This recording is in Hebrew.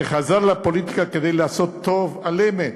שחזר לפוליטיקה כדי לעשות טוב על אמת,